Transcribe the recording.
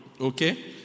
okay